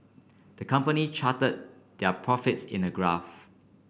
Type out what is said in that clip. the company charted their profits in a graph